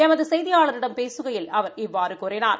எமது செய்தியாளரிடம் பேசுகையில் அவர் இவ்வாறு கூறினார்